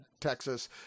Texas